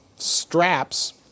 straps